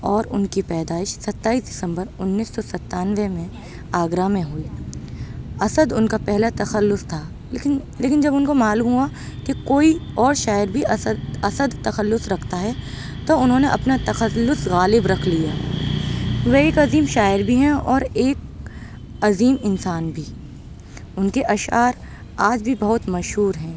اور اُن کی پیدائش ستائیس دسمبر انّیس سو ستانوے میں آگرہ میں ہوئی اسد اُن کا پہلا تخلص تھا لیکن لیکن جب اُن کو معلوم ہُوا کہ کوئی اور شاعر بھی اسد اسد تخلص رکھتا ہے تو اُنہوں نے اپنا تخلص غالب رکھ لیا وہ ایک عظیم شاعر بھی ہیں اور ایک عظیم انسان بھی اُن کے اشعار آج بھی بہت مشہور ہیں